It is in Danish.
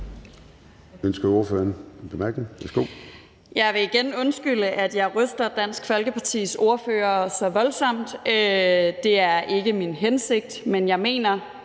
Jeg vil igen undskylde, at jeg ryster Dansk Folkepartis ordfører så voldsomt. Det er ikke min hensigt. Men jeg kan